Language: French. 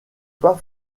pas